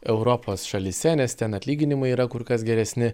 europos šalyse nes ten atlyginimai yra kur kas geresni